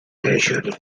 casually